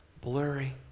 blurry